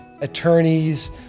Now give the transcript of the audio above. attorneys